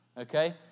okay